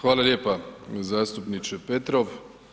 Hvala lijepa zastupniče Petrov.